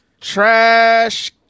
Trash